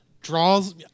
draws